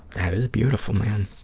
that is beautiful, man.